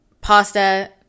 pasta